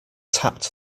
tapped